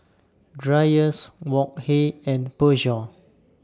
Dreyers Wok Hey and Peugeot